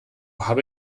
habe